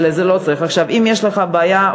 אם יש לך בעיה,